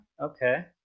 Okay